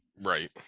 right